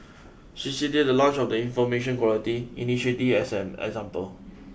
she cited the launch of the information quality initiative as an example